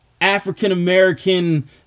African-American